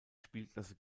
spielklasse